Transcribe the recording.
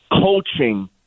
coaching